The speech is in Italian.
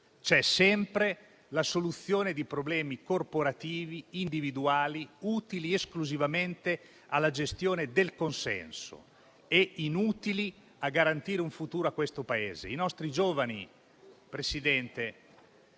C'è sempre la soluzione di problemi corporativi, individuali, utili esclusivamente alla gestione del consenso e inutili a garantire un futuro al Paese. I nostri giovani, Presidente,